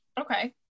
Okay